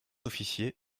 officier